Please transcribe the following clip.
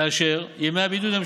כאשר ימי הבידוד,